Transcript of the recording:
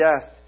death